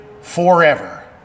forever